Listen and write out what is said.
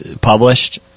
published